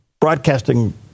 broadcasting